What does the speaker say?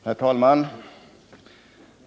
Herr talman!